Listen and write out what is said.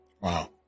Wow